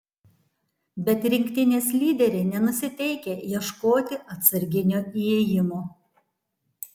bet rinktinės lyderiai nenusiteikę ieškoti atsarginio įėjimo